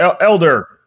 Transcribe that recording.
Elder